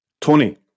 Tony